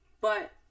but-